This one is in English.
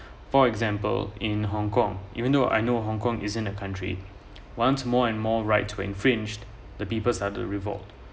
for example in Hong-Kong even though I know Hong-Kong isn't a country once more and more right when fringed the people's are the revolt